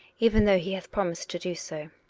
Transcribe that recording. even though he hath promised to do so.